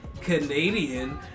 Canadian